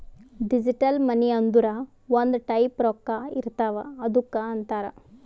digital money ಅಂದುರ್ ಒಂದ್ type ರೊಕ್ಕಾ ಇರ್ತಾವ್ ಅದ್ದುಕ್ ಅಂತಾರ್